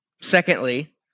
Secondly